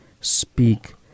speak